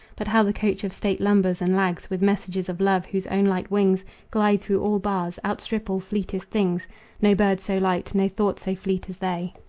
but how the coach of state lumbers and lags with messages of love whose own light wings glide through all bars, outstrip all fleetest things no bird so light, no thought so fleet as they.